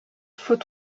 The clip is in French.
faut